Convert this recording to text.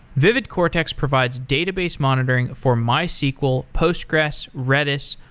vividcortex provides database monitoring for mysql, postgres, redis,